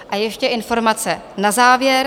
A ještě informace na závěr.